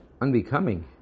unbecoming